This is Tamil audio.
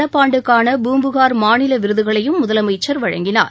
நடப்பாண்டுக்கான பூம்புகார் மாநில விருதுகளையும் முதலமைச்சர் வழங்கினார்